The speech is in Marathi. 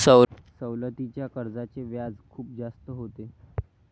सवलतीच्या कर्जाचे व्याज खूप जास्त होते